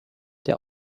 der